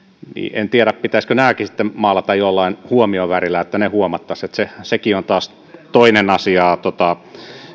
en tiedä pitäisikö nämäkin sitten maalata jollain huomiovärillä että ne huomattaisiin sekin on taas toinen asia